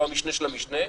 לא המשנה של המשנה,